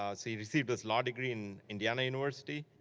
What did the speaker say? um received received his law degree in indiana university,